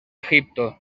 egipto